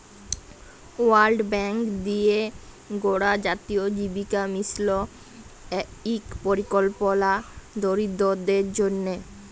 world bank দিঁয়ে গড়া জাতীয় জীবিকা মিশল ইক পরিকল্পলা দরিদ্দরদের জ্যনহে